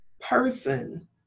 person